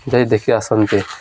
ଯାଇ ଦେଖି ଆସନ୍ତି